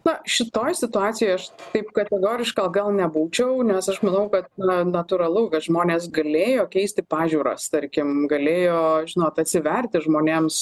na šitoj situacijoj aš taip kategoriška gal nebūčiau nes aš manau kad na natūralu kad žmonės galėjo keisti pažiūras tarkim galėjo žinot atsiverti žmonėms